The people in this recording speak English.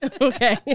Okay